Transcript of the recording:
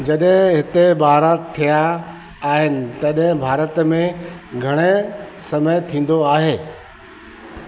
जॾहिं हिते ॿारहं थिया आहिनि तॾहिं भारत में घणे समय थींदो आहे